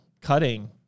cutting